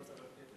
מסילות הברזל